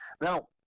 Now